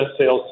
sales